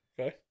Okay